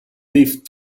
leafed